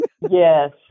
Yes